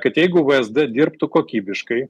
kad jeigu vsd dirbtų kokybiškai